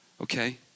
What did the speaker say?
okay